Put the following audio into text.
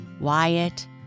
Wyatt